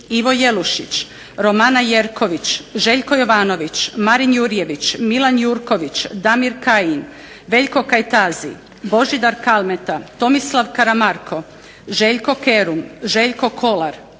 Ivo Jelušić, Romana Jerković, Željko Jovanović, Marin Jurjević, Milan Jurković, Damir Kajin, Veljko Kajtazi, Božidar Kalmeta, Tomislav Karamarko, Željko Kerum, Željko Kolar,